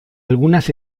algunas